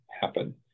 happen